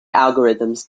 algorithms